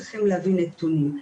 צריכות להביא נתונים.